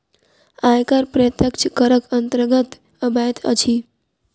आयकर प्रत्यक्ष करक अन्तर्गत अबैत अछि